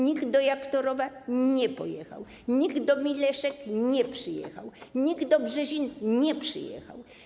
Nikt do Jaktorowa nie pojechał, nikt do Mileszek nie przyjechał, nikt do Brzezin nie przyjechał.